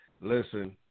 Listen